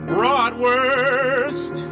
Broadwurst